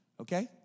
okay